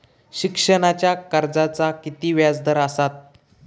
शिक्षणाच्या कर्जाचा किती व्याजदर असात?